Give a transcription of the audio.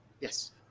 Yes